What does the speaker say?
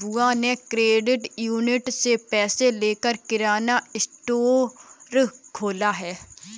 बुआ ने credit union से पैसे लेकर किराना स्टोर खोला है